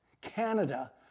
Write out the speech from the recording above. Canada